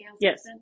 Yes